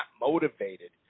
motivated